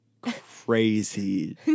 crazy